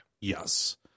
Yes